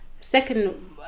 second